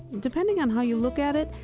depending on how you look at it,